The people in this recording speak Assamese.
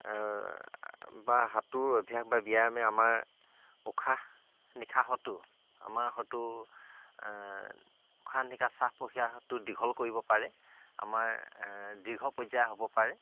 বা সাঁতোৰ অভ্যাস বা ব্যায়ামে আমাৰ উশাহ নিশাহতো আমাৰ হয়তো উশাহ নিশাহ শ্বাস প্ৰক্ৰিয়াটো দীঘল কৰিব পাৰে আমাৰ দীৰ্ঘ পৰ্যায় হ'ব পাৰে